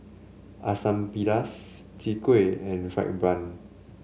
Asam Pedas Chwee Kueh and fried bun